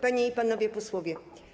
Panie i Panowie Posłowie!